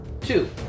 Two